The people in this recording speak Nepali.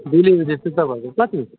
डेली वेजेस चाहिँ तपाईँहरूको कत्ति